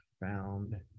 found